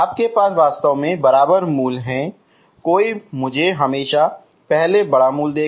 आपके पास वास्तव में बराबर मूल हैं कोई मुझे हमेशा पहले बड़ा मूल देगा